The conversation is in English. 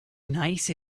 nice